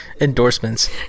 endorsements